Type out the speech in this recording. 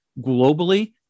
globally